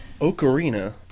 Ocarina